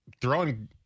throwing